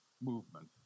movement